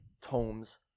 tomes